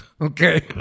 Okay